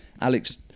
Alex